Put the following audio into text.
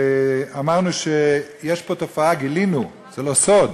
ואמרנו שיש פה תופעה, גילינו, זה לא סוד,